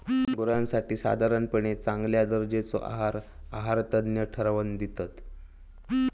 गुरांसाठी साधारणपणे चांगल्या दर्जाचो आहार आहारतज्ञ ठरवन दितत